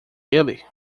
ele